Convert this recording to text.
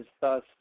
thus